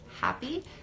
happy